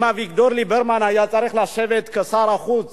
אם אביגדור ליברמן היה צריך לשבת כשר החוץ